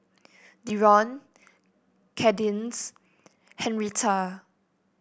Dereon Kadence Henretta